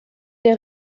der